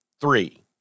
Three